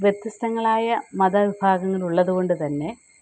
വ്യത്യസ്തങ്ങളായ മതവിഭാഗങ്ങൾ ഉള്ളതുകൊണ്ടുതന്നെ